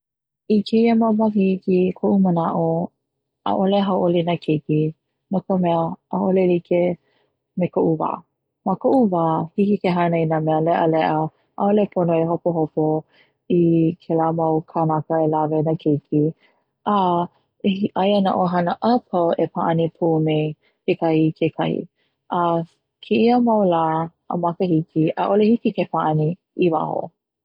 I keiki mau makahiki, i koʻu manaʻo ʻaʻole hauʻoli na keiki no ka mea ʻaʻole like me koʻu wā, ma koʻu wā hiki ke hana inā mea leʻaleʻa ʻaʻole pono e hopohopo i kela mau kanaka e lawe na keiki a aia na ʻohana a pau e paʻani pū me kekahi i kekahi a keia mau lā a makahiki ʻaʻole hiki ke paʻani i waho.